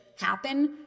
happen